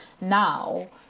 now